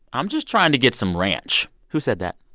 i'm just trying to get some ranch. who said that?